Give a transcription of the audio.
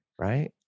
right